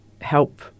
help